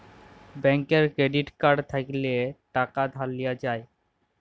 ব্যাংকের credit card থ্যাইকলে টাকা ধার লিয়া যায়